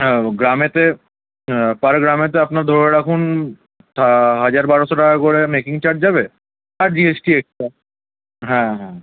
হ্যাঁ গ্রামেতে পার গ্রামেতে আপনার ধরে রাখুন তা হাজার বারোশো টাকা করে মেকিং চার্জ যাবে আর জিএসটি এক্সট্রা হ্যাঁ হ্যাঁ